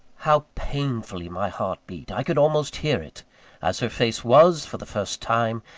how painfully my heart beat! i could almost hear it as her face was, for the first time,